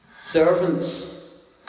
Servants